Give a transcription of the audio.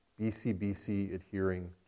BCBC-adhering